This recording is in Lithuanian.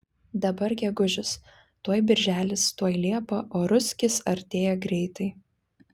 dabar gegužis tuoj birželis tuoj liepa o ruskis artėja greitai